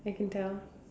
I can tell